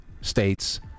states